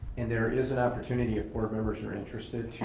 and there is an opportunity, if board members are interested,